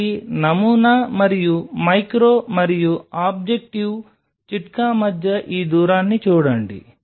కాబట్టి నమూనా మరియు మైక్రో మరియు ఆబ్జెక్టివ్ చిట్కా మధ్య ఈ దూరాన్ని చూడండి